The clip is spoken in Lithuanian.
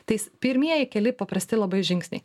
tais pirmieji keli paprasti labai žingsniai